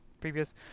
previous